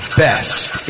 best